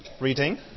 reading